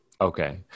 Okay